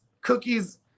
cookies